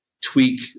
tweak